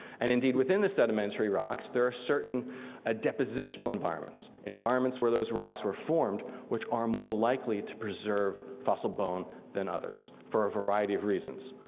and indeed within the sedimentary rocks there are certain ah depositional environments, environments where those rocks were formed which are more likely to preserve fossil bone than others for a variety of reason.